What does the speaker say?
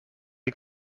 est